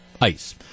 ICE